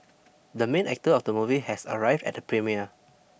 the main actor of the movie has arrived at the premiere